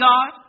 God